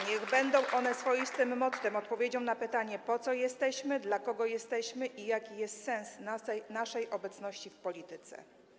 Niech będą one swoistym mottem, odpowiedzią na pytanie, po co jesteśmy, dla kogo jesteśmy i jaki jest sens naszej obecności w polityce.